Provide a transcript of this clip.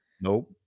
Nope